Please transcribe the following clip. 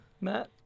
Matt